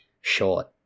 short